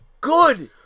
good